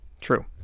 True